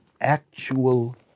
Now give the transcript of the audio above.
actual